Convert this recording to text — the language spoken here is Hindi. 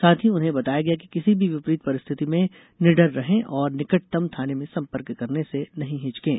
साथ ही उन्हें बताया गया कि किसी भी विपरीत परिस्थिति में नीडर रहें और निकटतम थाने में सम्पर्क करने से नहीं हिचकें